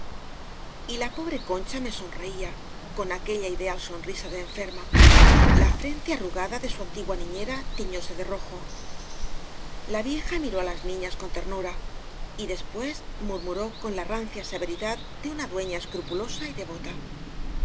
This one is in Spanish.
y la pobre concha me sonreía con aquella ideal sonrisa de enferma la frente arrugada de su antigua niñera tiñóse de rojo la vieja miró á las niñas con ternura y después mur muró con la rancia severidad de una dueña escrupulosa y devota